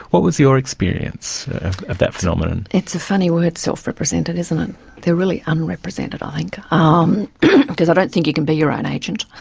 what was your experience of that phenomenon? it's a funny word self-represented, isn't it, they are really unrepresented i think um because because i don't think you can be your own agent.